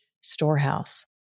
storehouse